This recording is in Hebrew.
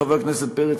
חבר הכנסת פרץ,